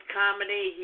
comedy